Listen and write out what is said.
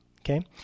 okay